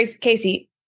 Casey